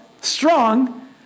strong